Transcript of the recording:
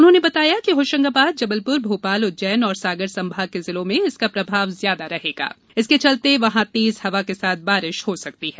उन्होंने बताया कि होशंगाबाद जबलपुर भोपाल उज्जैन और सागर संभाग के जिलों में इसका प्रभाव ज्यादा रहेगा जिसके चलते वहां तेज हवा के साथ बारिश हो सकती है